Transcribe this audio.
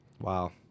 Wow